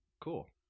Cool